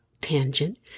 Tangent